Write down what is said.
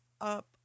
up